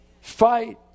Fight